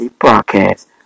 broadcast